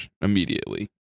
immediately